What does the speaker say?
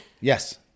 Yes